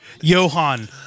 Johan